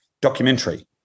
documentary